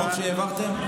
החוק שהעברתם?